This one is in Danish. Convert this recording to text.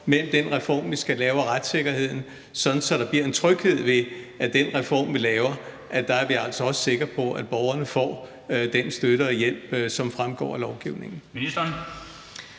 mellem den reform, vi skal lave, og retssikkerheden, sådan at der bliver en tryghed ved, at vi med den reform, vi laver, altså også er sikre på, at borgerne får den støtte og hjælp, som fremgår af lovgivningen?